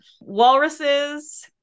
Walruses